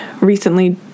recently